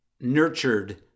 nurtured